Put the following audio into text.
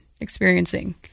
experiencing